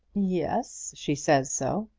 yes she says so.